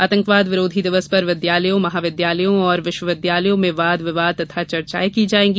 आतंकवाद विरोधी दिवस पर विद्यालयों महाविद्यालयों और विश्वविद्यालयों में वाद विवाद व चर्चाएँ की जायेंगी